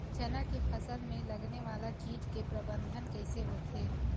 चना के फसल में लगने वाला कीट के प्रबंधन कइसे होथे?